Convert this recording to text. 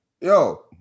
yo